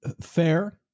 fair